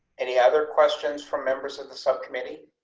any other questions from members of the subcommittee.